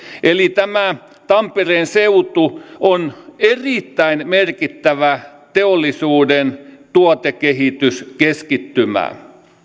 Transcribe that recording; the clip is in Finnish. eli tampereen seutu on erittäin merkittävä teollisuuden tuotekehityskeskittymä